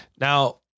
now